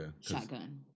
Shotgun